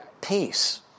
peace